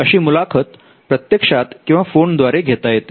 अशी मुलाखत प्रत्यक्षात किंवा फोनद्वारे घेता येते